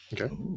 Okay